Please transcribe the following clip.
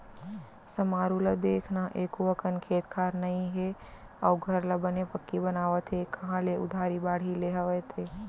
समारू ल देख न एको अकन खेत खार नइ हे अउ घर ल बने पक्की बनवावत हे कांहा ले उधारी बाड़ही ले हवय ते?